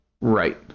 Right